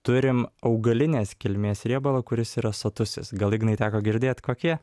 turim augalinės kilmės riebalą kuris yra sotusis gal ignai teko girdėt kokie